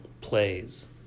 plays